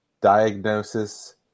diagnosis